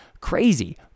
crazy